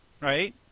right